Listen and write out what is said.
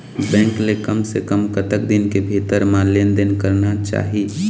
Bank ले कम से कम कतक दिन के भीतर मा लेन देन करना चाही?